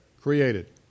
created